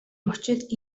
мөчид